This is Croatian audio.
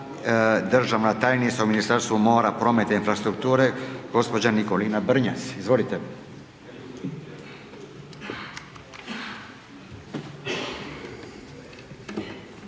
državna tajnica u Ministarstvu mora, prometa i infrastrukture gospođa Nikolina Brnjac, izvolite.